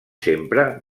sempre